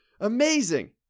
Amazing